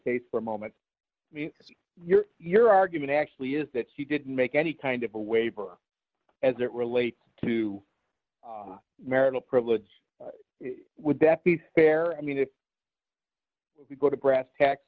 case for a moment your your argument actually is that she didn't make any kind of a waiver as it relates to marital privilege would that be fair i mean if you go to